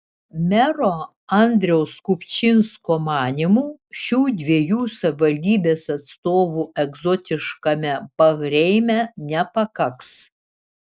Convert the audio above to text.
mero andriaus kupčinsko manymu šių dviejų savivaldybės atstovų egzotiškame bahreine nepakaks